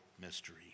mystery